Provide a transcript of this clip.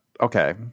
okay